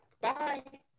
Bye